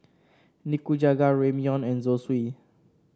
Nikujaga Ramyeon and Zosui